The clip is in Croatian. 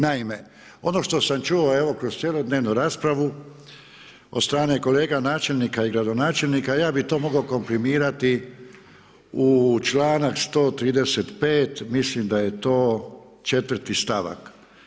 Naime, ono što sam čuo, evo kroz cjelodnevnu raspravu od strane kolega načelnika i gradonačelnika, ja bi to mogao komprimirati u članak 135., mislim da je to 4. stavak.